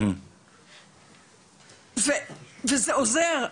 וזה עוזר.